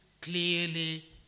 clearly